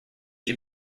age